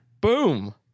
Boom